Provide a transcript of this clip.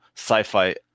sci-fi